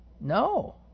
No